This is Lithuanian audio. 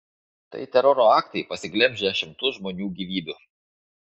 tai teroro aktai pasiglemžę šimtus žmonių gyvybių